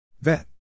Vet